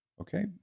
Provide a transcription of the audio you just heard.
Okay